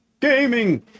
Gaming